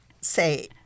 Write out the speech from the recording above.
say